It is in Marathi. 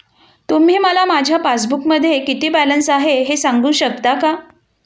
तुम्ही मला माझ्या पासबूकमध्ये किती बॅलन्स आहे हे सांगू शकता का?